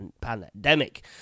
Pandemic